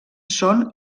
són